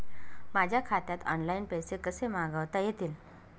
माझ्या खात्यात ऑनलाइन पैसे कसे मागवता येतील?